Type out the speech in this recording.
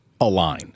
align